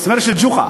מסמר של ג'וחא.